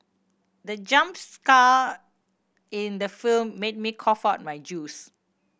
the jump scare in the film made me cough out my juice